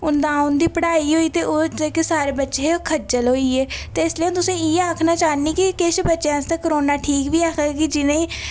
नां उं'दी पढ़ाई होई ते ओह् जेह्के सारे बच्चे हे ओह् खज्जल होई गे ते इस लेई तु'सें ई इ'यै आखना चाह्न्नीं कि किश बच्चें आस्तै करोना ठीक बी है हा कि जि'नें ई